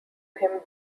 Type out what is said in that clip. him